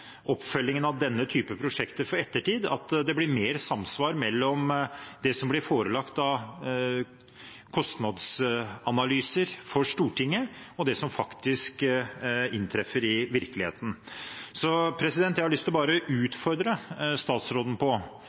oppfølgingen av denne typen prosjekter for ettertiden om at det blir mer samsvar mellom det som blir forelagt av kostnadsanalyser for Stortinget, og det som faktisk inntreffer i virkeligheten. Jeg har lyst til bare å utfordre statsråden